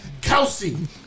Kelsey